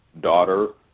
daughter